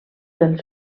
els